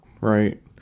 Right